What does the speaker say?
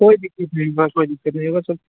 कोई दिक़्क़त नहीं बस कोई दिक़्क़त नहीं बस